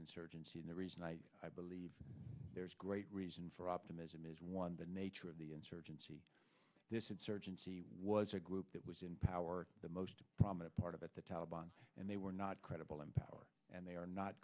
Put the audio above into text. insurgency and the reason why i believe there's great reason for optimism is one the nature of the insurgency this insurgency was a group that was in power the most prominent part of it the taleban and they were not credible in power and they are not